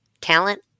talent